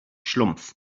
schlumpf